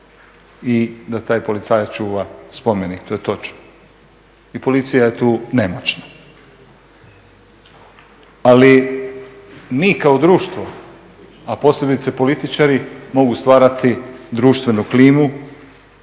i da taj policajac čuva spomenik, to je točno i policija je tu nemoćna. Ali mi kao društvo, a posebice političari mogu stvarati društvenu klimu